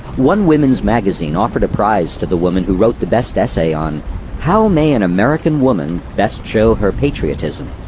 one women's magazine offered a prize to the woman who wrote the best essay on how may an american woman best show her patriotism.